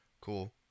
cool